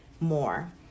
more